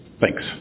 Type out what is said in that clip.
Thanks